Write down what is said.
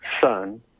Son